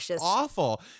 awful